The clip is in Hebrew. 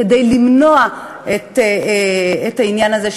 כדי למנוע את העניין הזה,